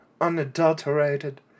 unadulterated